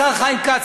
השר חיים כץ,